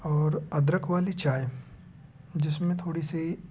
और अदरक वाली चाय जिसमें थोड़ी सी